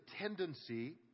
tendency